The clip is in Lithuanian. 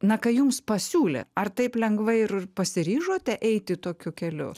na kaip jums pasiūlė ar taip lengvai ir pasiryžote eiti tokiu keliu